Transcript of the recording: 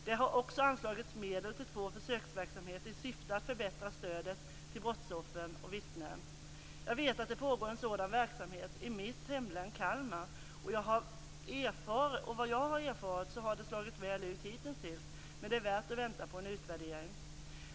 Det har också anslagits medel till två försöksverksamheter i syfte att förbättra stödet till brottsoffer och vittnen. Jag vet att det pågår en sådan verksamhet i mitt hemlän Kalmar, och vad jag har erfarit har det slagit väl ut hitintills, men det är värt att vänta på en utvärdering.